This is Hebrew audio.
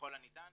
ככל הניתן